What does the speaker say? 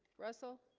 russell